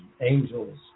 angels